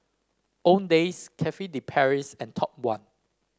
Owndays Cafe De Paris and Top One